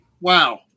wow